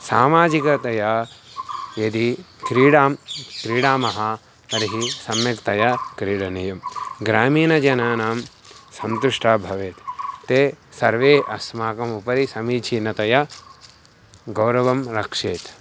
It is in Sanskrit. सामाजिकतया यदि क्रीडां क्रीडामः तर्हि सम्यक्तया क्रीडनीयं ग्रामीणजनानां सन्तुष्टा भवेत् ते सर्वे अस्माकम् उपरि समीचीनतया गौरवं रक्षेत्